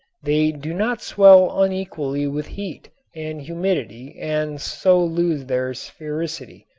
they do not swell unequally with heat and humidity and so lose their sphericity.